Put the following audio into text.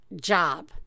job